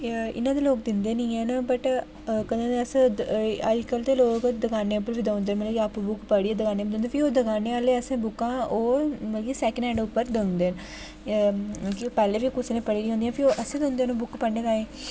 इ'यां ता लोग दिंदे निं हैन बट कदें अस अजकल्ल ते लोग दकानें उप्पर बी देई उड़दे आपूं पढ़ियै दकानें पर दिंदे फ्ही ओह् दकानें आह्लें असें बुकां ओह् मतलब कि सैकिंड हैंड उप्पर देई ओड़दे न मतलब कि पैह्ले बी कुसै न पढ़ी दियां होंदियां न फ्ही ओह् असेंगी दिंदे ओह् बुक पढ़ने ताईं